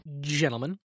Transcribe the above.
Gentlemen